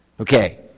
Okay